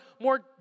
more